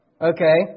Okay